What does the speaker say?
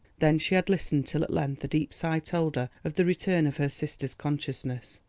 then she had listened till at length a deep sigh told her of the return of her sister's consciousness.